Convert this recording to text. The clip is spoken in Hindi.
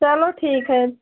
चलो ठीक है